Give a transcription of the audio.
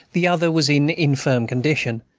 the other was in infirm condition,